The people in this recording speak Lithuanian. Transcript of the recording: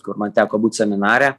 kur man teko būt seminare